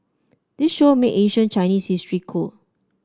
the show made ancient Chinese history cool